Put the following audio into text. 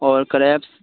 اور کریبس